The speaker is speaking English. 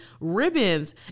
ribbons